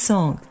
Song